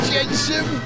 Jensen